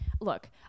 look